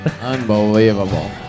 Unbelievable